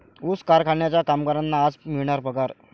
ऊस कारखान्याच्या कामगारांना आज मिळणार पगार